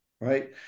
right